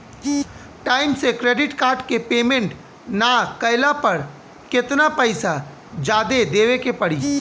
Time से credit card के payment ना कैला पर केतना पईसा जादे देवे के पड़ी?